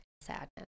sadness